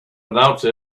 announce